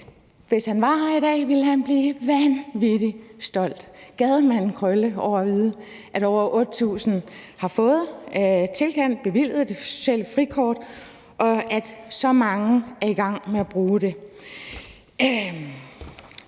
Krølle var her i dag, ville han blive vanvittig stolt over at vide, at over 8.000 har fået tilkendt, bevilget, det sociale frikort, og at så mange er i gang med at bruge det.